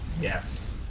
Yes